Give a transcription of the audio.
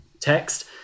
text